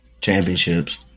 championships